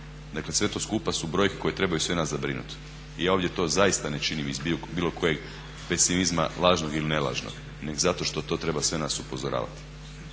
Dakle sve to skupa su brojke koje trebaju sve nas zabrinuti. I ja ovdje to zaista ne činim iz bilo kojeg pesimizma lažnog ili ne lažnog nego zato što to treba sve nas upozoravati.